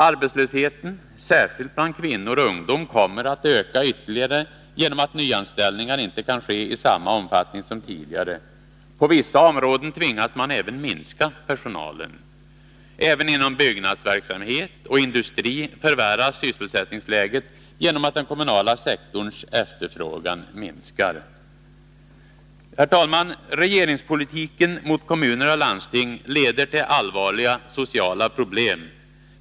Arbetslösheten, särskilt bland kvinnor och ungdom, kommer att öka ytterligare genom att nyanställningar inte kan ske i samma omfattning som tidigare. På vissa områden tvingas man även minska personalen. Även inom byggnadsverksamhet och industri förvärras sysselsättningsläget genom att den kommunala sektorns efterfrågan minskar. Herr talman! Regeringspolitiken mot kommuner och landsting leder till allvarliga sociala problem.